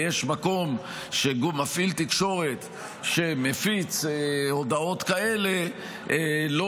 ויש מקום שמפעיל תקשורת שמפיץ הודעות כאלה לא